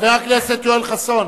חבר הכנסת יואל חסון,